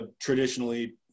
traditionally